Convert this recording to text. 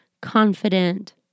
confident